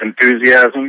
enthusiasm